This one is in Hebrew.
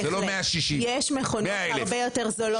זה לא 160,000. 100,000. יש מכונות הרבה יותר זולות.